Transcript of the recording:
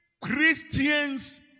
Christians